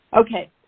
Okay